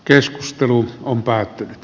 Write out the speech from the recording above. keskustelu on päättynyt